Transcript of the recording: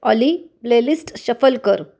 ऑली playlist shuffle कर